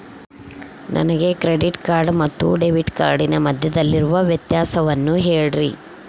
ನನಗೆ credit card ಮತ್ತು debit ಕಾರ್ಡಿನ ಮಧ್ಯದಲ್ಲಿರುವ ವ್ಯತ್ಯಾಸವನ್ನು ಹೇಳ್ರಿ?